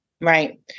right